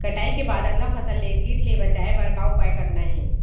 कटाई के बाद अगला फसल ले किट ले बचाए बर का उपाय करना हे?